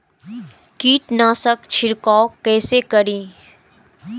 कीट नाशक छीरकाउ केसे करी?